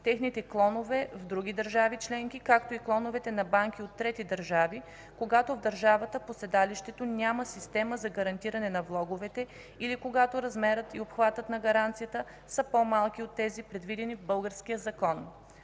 техните клонове в други държави членки, както и клоновете на банки от трети държави, когато в държавата по седалището няма система за гарантиране на влоговете или когато размерът и обхватът на гаранцията са по-малки от тези, предвидени в българския закон.